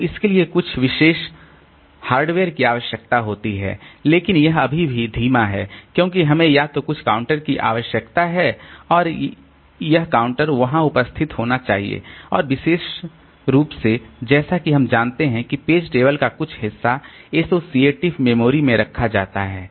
तो इसके लिए कुछ विशेष हार्डवेयर की आवश्यकता होती है लेकिन यह अभी भी धीमा है क्योंकि हमें या तो कुछ काउंटर की आवश्यकता है और यह काउंटर वहां उपस्थित होना चाहिए और विशेष रूप से जैसा कि हम जानते हैं कि पेज टेबल का कुछ हिस्सा एसोसिएटिव मेमोरी में रखा जाता है